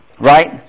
Right